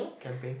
camping